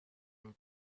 will